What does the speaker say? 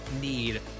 need